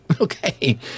Okay